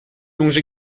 longe